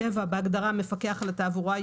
בהגדרה המפקח על התעבורה,